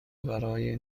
برای